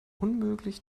unmöglich